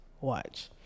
watch